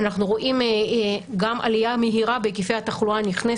אנחנו רואים גם עלייה מהירה בהיקפי התחלואה הנכנסת,